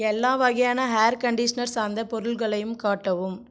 எல்லா வகையான hair conditioner சார்ந்த பொருள்களையும் காட்டவும்